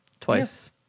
Twice